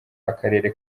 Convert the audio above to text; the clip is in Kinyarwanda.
akarere